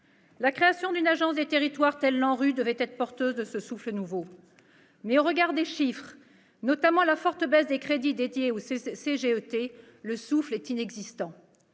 La création d'une agence des territoires, telle l'ANRU, devait être porteuse de ce souffle nouveau. Mais au regard des chiffres, notamment la forte baisse des crédits dédiés au Commissariat